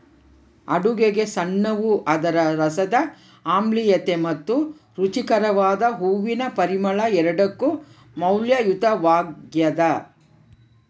ಅಡುಗೆಗಸುಣ್ಣವು ಅದರ ರಸದ ಆಮ್ಲೀಯತೆ ಮತ್ತು ರುಚಿಕಾರಕದ ಹೂವಿನ ಪರಿಮಳ ಎರಡಕ್ಕೂ ಮೌಲ್ಯಯುತವಾಗ್ಯದ